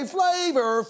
Flavor